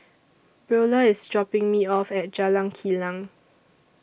Brielle IS dropping Me off At Jalan Kilang